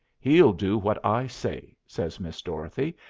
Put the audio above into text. he'll do what i say, says miss dorothy,